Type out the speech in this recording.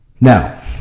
Now